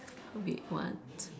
wait what